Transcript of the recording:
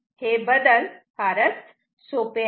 हे बदल फार सोपे आहेत